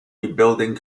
rebuilding